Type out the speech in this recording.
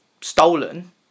stolen